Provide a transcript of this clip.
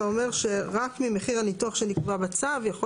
אתה אומר שרק ממחיר הניתוח שנקבע בצו יכול